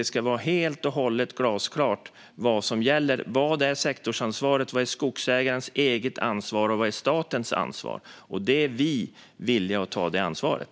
Det ska vara glasklart vad som gäller. Vad är sektorsansvaret? Vad är skogsägarens eget ansvar? Och vad är statens ansvar? Vi är villiga att ta det ansvaret.